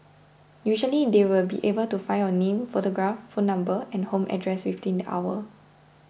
usually they will be able to find your name photograph phone number and home address within the hour